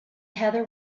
heather